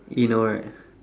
you know right